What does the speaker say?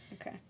okay